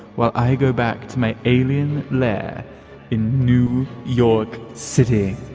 well, i go back to my alien lair in new york city